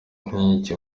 nk’iki